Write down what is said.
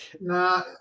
no